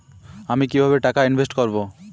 আমি কিভাবে টাকা ইনভেস্ট করব?